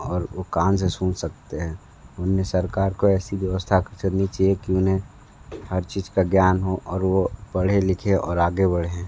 और वह कान से सुन सकते हैं हमने सरकार को ऐसी व्यवस्था चलनी चाहिए की उन्हें हर चीज़ का ज्ञान हो और वो पढ़ें लिखें और आगे बढ़ें